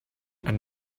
and